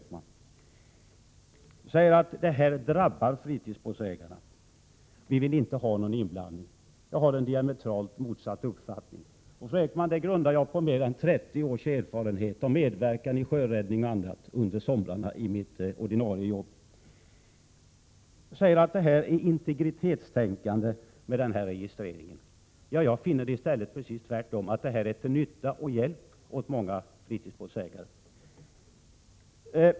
Kerstin Ekman säger att detta drabbar fritidsbåtsägarna. De vill inte ha någon inblandning. Jag har en diametralt motsatt uppfattning. Den grundar jag, Kerstin Ekman, på mer än 30 års erfarenhet och medverkan i sjöräddning och annat under somrarna i mitt ordinarie arbete. Kerstin Ekman säger att registreringen är integritetskränkande. Jag finner den i stället precis tvärtom. Den är till nytta och hjälp för många fritidsbåtsägare.